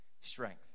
strength